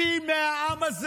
מה יש לך מבן גביר?